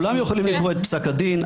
כולם יכולים לקרוא את פסק הדין,